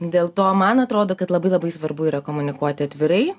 dėl to man atrodo kad labai labai svarbu yra komunikuoti atvirai